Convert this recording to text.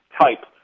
type